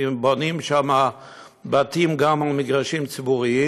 כי הם בונים שם בתים גם על מגרשים ציבוריים,